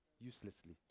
uselessly